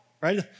right